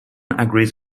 agrees